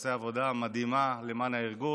שעושה עבודה מדהימה למען הארגון,